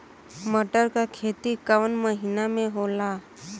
मटर क खेती कवन महिना मे होला?